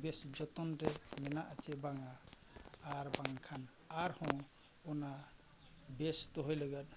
ᱵᱮᱥ ᱡᱚᱛᱚᱱ ᱨᱮ ᱢᱮᱱᱟᱜ ᱪᱮ ᱵᱟᱝ ᱟᱨ ᱵᱟᱝᱠᱷᱟᱱ ᱟᱨᱦᱚᱸ ᱚᱱᱟ ᱵᱮᱥ ᱫᱚᱦᱚᱭ ᱞᱟᱹᱜᱤᱫ